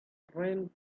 ruined